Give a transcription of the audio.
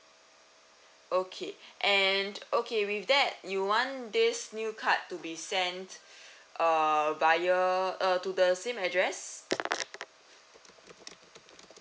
okay and okay with that you want this new card to be sent uh via uh to the same address